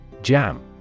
Jam